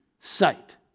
sight